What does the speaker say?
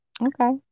Okay